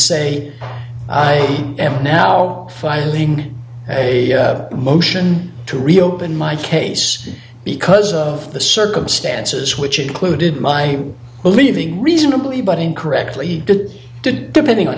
say i am now filing a motion to reopen my case because of the circumstances which included my leaving reasonably but incorrectly depending on